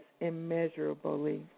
Immeasurably